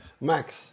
Max